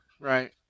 Right